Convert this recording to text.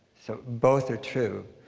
so both are true.